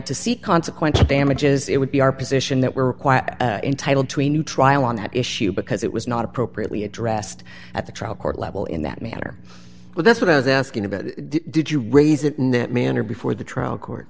to see consequential damages it would be our position that we're entitled to a new trial on that issue because it was not appropriately addressed at the trial court level in that matter well that's what i was asking about did you raise it in that manner before the trial cour